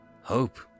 hope